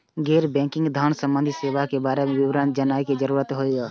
गैर बैंकिंग धान सम्बन्धी सेवा के बारे में विवरण जानय के जरुरत होय हय?